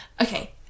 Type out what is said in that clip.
Okay